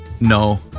No